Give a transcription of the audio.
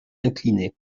inclinés